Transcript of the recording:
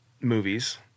movies